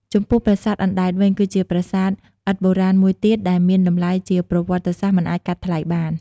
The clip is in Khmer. ចំពោះប្រាសាទអណ្ដែតវិញ គឺជាប្រាសាទឥដ្ឋបុរាណមួយទៀតដែលមានតម្លៃជាប្រវត្តិសាស្ត្រមិនអាចកាត់ថ្លៃបាន។